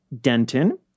Denton